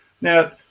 Now